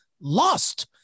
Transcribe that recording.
lost